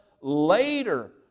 later